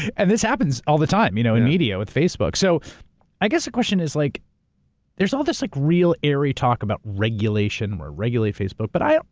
and this happens all the time, you know, in the media, with facebook. so i guess the question is, like there's all this like real airy talk about regulation or regulate facebook, but i,